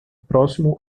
próximo